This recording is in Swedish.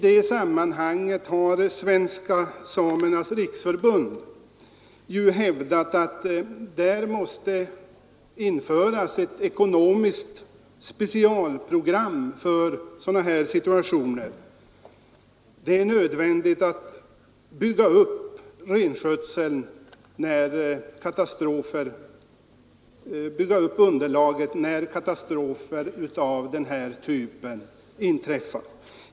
I det sammanhanget har Svenska samernas riksförbund hävdat att det måste göras upp ett ekonomiskt specialprogram för sådana här situationer. Det är nödvändigt att bygga upp renskötselunderlaget när katastrofer av denna typ inträffar.